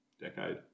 Decade